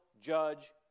judge